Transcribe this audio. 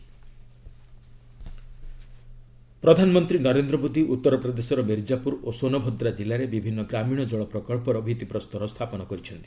ହର୍ Ghar Jal scheme ପ୍ରଧାନମନ୍ତ୍ରୀ ନରେନ୍ଦ୍ର ମୋଦି ଉତ୍ତର ପ୍ରଦେଶର ମିର୍ଜାପୁର ଓ ସୋନଭଦ୍ରା ଜିଲ୍ଲାରେ ବିଭିନ୍ନ ଗ୍ରାମୀଣ ଜଳ ପ୍ରକଳ୍ପର ଭିଭିପ୍ରସ୍ତର ସ୍ଥାପନ କରିଛନ୍ତି